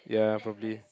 ya probably